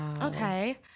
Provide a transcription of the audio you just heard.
Okay